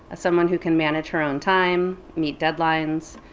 someone who can manager her own time, meet deadlines,